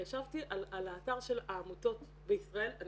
אני ישבתי על האתר של העמותות בישראל אני